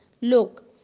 look